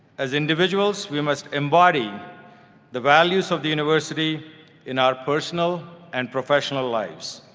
as individuals we must embody the values of the university in our personal and professional lives.